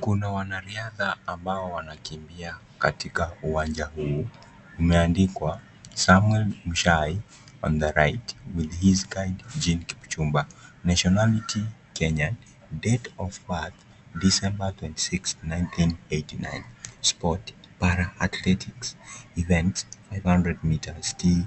Kuna wanariadha ambao wanakimbia katika uwanja huu, umeandikwa Samwel Mushai on the right , with his kind Jeen Kipchumba . Nationality Kenyan , date of birth December, twenty six, nineteenth eighth nine sport bara athletics events five hundred meters still